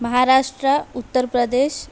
Maharashtra Uttar Pradesh